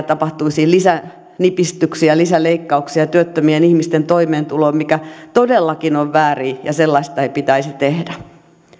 tapahtuisi lisänipistyksiä lisäleikkauksia työttömien ihmisten toimeentuloon mikä todellakin on väärin ja sellaista ei pitäisi tehdä